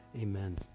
Amen